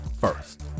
First